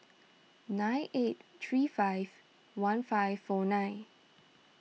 nine eight three five one five four nine